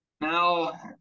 now